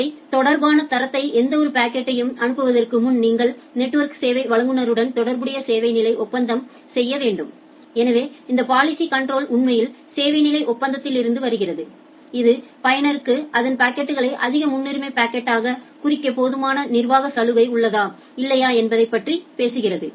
சேவை தொடர்பான தரத்தை எந்தவொரு பாக்கெட்யை அனுப்புவதற்கு முன் நீங்கள் நெட்வொர்க் சேவை வழங்குநருடன் தொடர்புடைய சேவை நிலை ஒப்பந்தம் செய்ய வேண்டும் எனவே இந்த பாலிசி கன்ட்ரோல் உண்மையில் சேவை நிலை ஒப்பந்தத்திலிருந்து வருகிறது இது பயனருக்கு அதன் பாக்கெட்களை அதிக முன்னுரிமை பாக்கெட்டாகக் குறிக்க போதுமான நிர்வாக சலுகை உள்ளதா இல்லையா என்பதைப் பற்றி பேசுகிறது